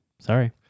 Sorry